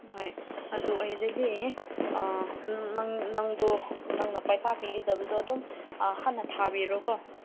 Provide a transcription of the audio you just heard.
ꯍꯣꯏ ꯑꯗꯨ ꯑꯣꯏꯔꯗꯤ ꯅꯪ ꯅꯪꯗꯣ ꯅꯪꯅ ꯄꯩꯁꯥ ꯄꯤꯒꯗꯕꯗꯣ ꯑꯗꯨꯝ ꯍꯥꯟꯅ ꯊꯥꯕꯤꯔꯣꯀꯣ